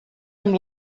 amb